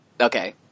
Okay